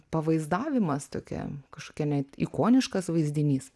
pavaizdavimas tokia kažkokia net ikoniškas vaizdinys